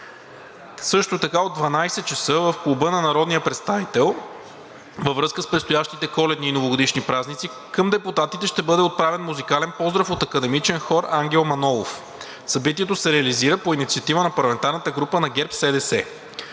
Също така от 12,00 ч. в Клуба на народния представител във връзка с предстоящите Коледни и Новогодишни празници към депутатите ще бъде отправен музикален поздрав от Академичен хор „Ангел Манолов“. Събитието се реализира по инициатива на парламентарната група на ГЕРБ-СДС.